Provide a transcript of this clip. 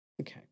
okay